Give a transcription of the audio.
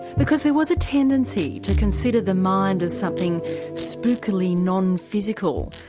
because there was a tendency to consider the mind as something spookily non physical,